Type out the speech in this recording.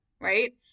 right